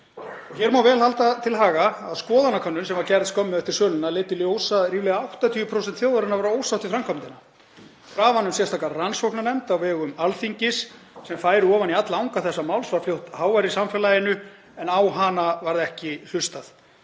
Hér má vel halda til haga að skoðanakönnun sem var gerð skömmu eftir söluna leiddi í ljós að ríflega 80% þjóðarinnar voru ósátt við framkvæmdina. Krafan um sérstaka rannsóknarnefnd á vegum Alþingis sem færi ofan í alla anga þessa máls var fljótt hávær í samfélaginu en á hana var ekki hlustað.